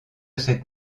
cette